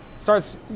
starts